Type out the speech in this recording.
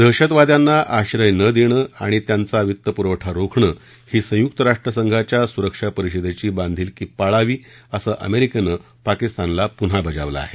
दहशतवाद्यांना आश्रय न देणं आणि त्यांचा वित्त पुरवण रोखणं ही संयुक्त राष्ट्रसंघाच्या सुरक्षा परिषदेची बांधिलकी पाळावी असं अमेरिकेनं पाकिस्तानला पुन्हा बजावलं आहे